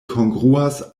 kongruas